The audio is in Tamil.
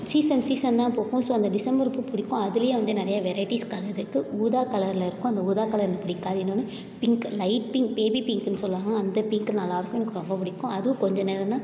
சீசன் சீசன் தான் பூக்கும் ஸோ அந்த டிசம்பர் பூ பிடிக்கும் அதுலேயே வந்து நிறையா வெரைட்டிஸ் கலர் இருக்குது ஊதா கலரில் இருக்கும் அந்த ஊதா கலர் எனக்கு பிடிக்காது இன்னொன்று பிங்க் லைட் பிங்க் பேபி பிங்க்குன்னு சொல்வாங்க அந்த பிங்க்கு நல்லா இருக்கும் எனக்கு ரொம்ப பிடிக்கும் அதுவும் கொஞ்ச நேரந்தான்